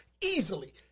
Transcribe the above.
Easily